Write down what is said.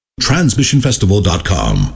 Transmissionfestival.com